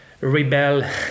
rebel